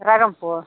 Rairangpur